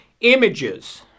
images